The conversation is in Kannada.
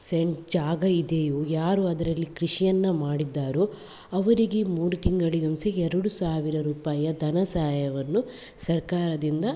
ಸೆಂಟ್ ಜಾಗ ಇದೆಯೊ ಯಾರು ಅದರಲ್ಲಿ ಕೃಷಿಯನ್ನು ಮಾಡಿದ್ದಾರೊ ಅವರಿಗೆ ಮೂರು ತಿಂಗಳಿಗೆ ಒಂದು ಸಹ ಎರಡು ಸಾವಿರ ರುಪಾಯಿಯ ಧನ ಸಹಾಯವನ್ನು ಸರ್ಕಾರದಿಂದ